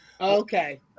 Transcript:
Okay